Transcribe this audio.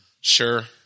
Sure